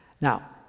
Now